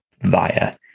via